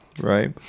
right